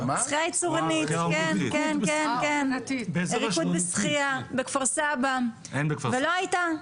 צורנית, ריקוד בשחייה בכפר סבא ולא היה.